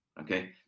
Okay